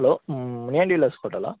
hello ம் முனியாண்டி விலாஸ் ஹோட்டலா